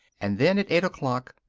and then, at eight o'clock,